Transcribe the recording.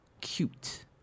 cute